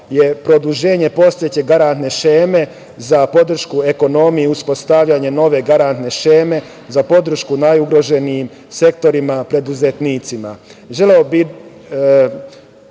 je produženje postojeće garantne šeme za podršku ekonomije, uspostavljanje nove garantne šeme za podršku najugroženijim sektorima preduzetnicima. Želeo